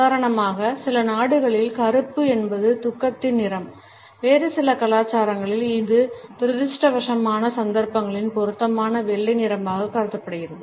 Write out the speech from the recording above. உதாரணமாக சில நாடுகளில் கறுப்பு என்பது துக்கத்தின் நிறம் வேறு சில கலாச்சாரங்களில் இந்த துரதிர்ஷ்டவசமான சந்தர்ப்பங்களில் பொருத்தமான வெள்ளை நிறமாக கருதப்படுகிறது